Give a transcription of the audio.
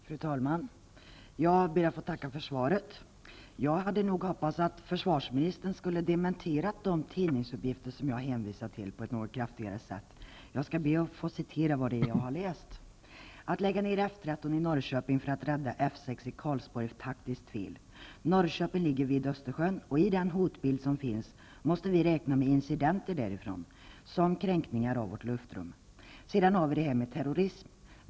Fru talman! Jag ber att få tacka för svaret. Jag hade nog hoppats att försvarsministern på ett kraftfullare sätt skulle ha dementerat de tidningsuppgifter som jag har hänvisat till. Jag skall be att få citera det som jag har läst: ''Att lägga ner F13 i Norrköping för att rädda F6 i Karlsborg är taktiskt fel --. Norrköping ligger vid Östersjön och i den hotbild som finns måste vi räkna med incidenter därifrån. Som kränkningar av vårt luftrum. --Sedan har vi det här med terrorism.